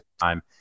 time